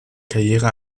karriere